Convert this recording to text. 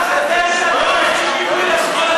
אדוני היושב-ראש, דעה נוספת.